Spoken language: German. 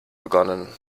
begonnen